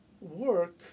work